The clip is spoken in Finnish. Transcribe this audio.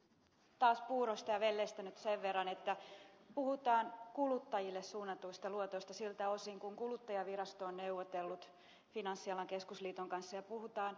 taas puuroista ja velleistä nyt sen verran että puhutaan kuluttajille suunnatuista luotoista siltä osin kuin kuluttajavirasto on neuvotellut finanssialan keskusliiton kanssa ja puhutaan yleissopimusehdoista